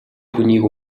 хүнийг